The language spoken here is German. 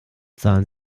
zahlen